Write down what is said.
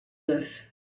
this